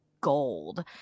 gold